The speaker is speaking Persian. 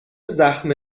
زخم